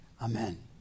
Amen